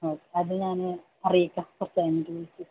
ഓ അത് ഞാൻ അറിയിക്കാം ഓക്കെ അഞ്ച് മിനിറ്റ്